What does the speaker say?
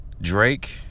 Drake